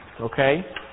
Okay